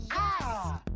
ah!